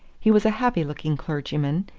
he was a happy-looking clergyman,